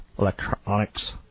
electronics